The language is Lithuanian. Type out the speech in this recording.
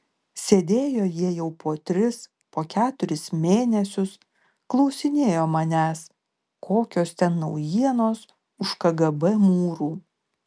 sėdėjo jie jau po tris po keturis mėnesius klausinėjo manęs kokios ten naujienos už kgb mūrų